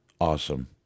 awesome